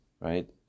Right